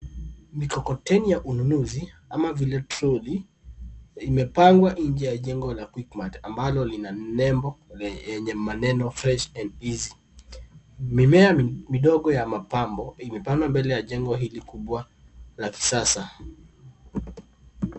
Mikokoteni ya ununuzi, ama vile trolley , imepangwa nje ya jengo la Quidkmart ambalo lina nembo yenye maneno fresh and easy . Mimea midogo ya mapambo imepandwa mbele ya jengo hili kubwa la kisasa.